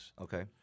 Okay